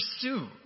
pursue